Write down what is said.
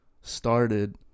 started